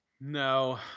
no